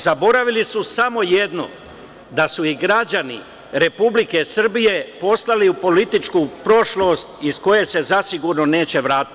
Zaboravili su samo jedno, da su i građani Republike Srbije, da su ih poslali u političku prošlost iz koje se zasigurno neće vratiti.